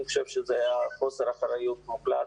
אני חושב שזה היה חוסר אחריות מוחלט.